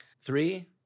Three